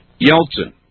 Yeltsin